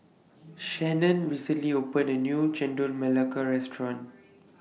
Shannan recently opened A New Chendol Melaka Restaurant